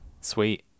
Sweet